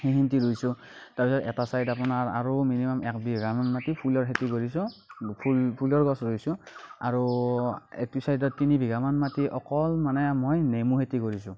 তাৰপিছত এটা চাইদ আপোনাৰ আৰু মিনিমাম এক বিঘামান মাটি ফুলৰ খেতি কৰিছোঁ ফুল ফুলৰ গছ ৰুইছো আৰু এইটো চাইদত তিনি বিঘামান মাটি অকল মানে মই নেমু খেতি কৰিছোঁ